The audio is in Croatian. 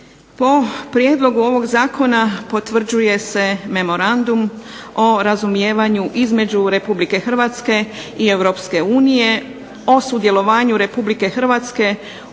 Po prijedlogu ovog zakona potvrđuje se memorandum o razumijevanju između Republike Hrvatske i Europske unije o sudjelovanju Republike Hrvatske